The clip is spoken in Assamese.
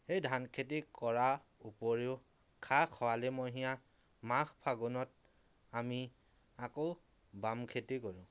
এই ধান খেতি কৰা উপৰিও খা খৰালি মহীয়া মাঘ ফাগুনত আমি আকৌ বাম খেতি কৰোঁ